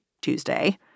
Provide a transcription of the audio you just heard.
Tuesday